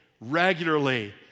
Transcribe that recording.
regularly